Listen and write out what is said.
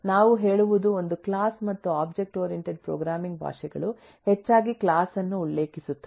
ನಾವು ಹೇಳುವುದು ಒಂದು ಕ್ಲಾಸ್ ಮತ್ತು ಒಬ್ಜೆಕ್ಟ್ ಓರಿಯಂಟೆಡ್ ಪ್ರೋಗ್ರಾಮಿಂಗ್ ಭಾಷೆಗಳು ಹೆಚ್ಚಾಗಿ ಕ್ಲಾಸ್ ಅನ್ನು ಉಲ್ಲೇಖಿಸುತ್ತವೆ